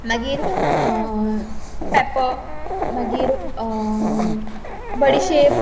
मागीर पॅपर मागीर बडिशेप